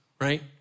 right